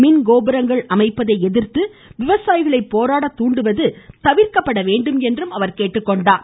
மின்கோபுரங்கள் அமைப்பதை எதிர்த்து விவசாயிகளை போராட தூண்டுவது தவிர்க்கப்பட வேண்டும் என குறிப்பிட்டார்